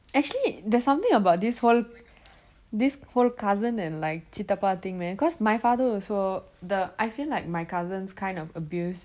actually there's something about this whole this whole cousin and like சித்தப்பா:chitthappa thing man cause my father also the I feel like my cousins kind of abused